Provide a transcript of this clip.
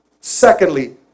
Secondly